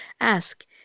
Ask